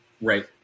Right